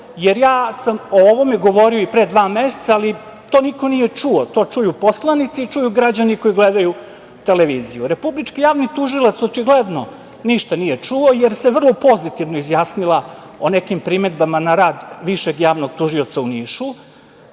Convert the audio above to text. jer ja sam o ovome govorio i pre dva meseca, ali to niko nije čuo. To čuju poslanici i čuju građani koji gledaju televiziju. Republički javni tužilac očigledno ništa nije čuo, jer se vrlo pozitivno izjasnila o nekim primedbama na rad višeg javnog tužioca u Nišu,